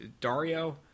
Dario